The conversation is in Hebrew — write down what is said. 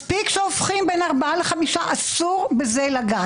מספיק שהופכים בין ארבעה לחמישה, אסור בזה לגעת.